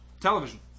Television